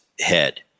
head